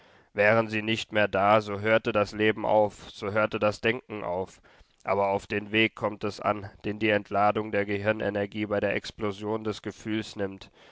wären sie nicht mehr da so hörte das leben auf so hörte das denken auf aber auf den weg kommt es an den die entladung der gehirnenergie bei der explosion des gefühls nimmt